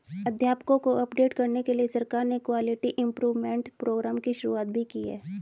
अध्यापकों को अपडेट करने के लिए सरकार ने क्वालिटी इम्प्रूव्मन्ट प्रोग्राम की शुरुआत भी की है